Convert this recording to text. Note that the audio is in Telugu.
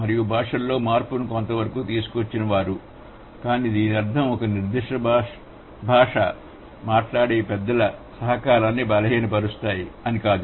మరియు భాషలో మార్పును కొంతవరకు తీసుకు వచ్చిన వారు కాని దీని అర్థంఒక నిర్దిష్ట భాష మాట్లాడే పెద్దల సహకారాన్ని బలహీనపరుస్తాము అని కాదు